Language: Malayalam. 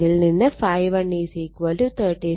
അതിൽ നിന്ന് ∅1 36